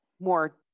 more